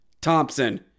Thompson